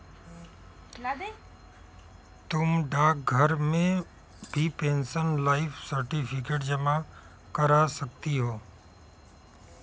तुम डाकघर में भी पेंशनर लाइफ सर्टिफिकेट जमा करा सकती हो